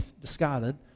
discarded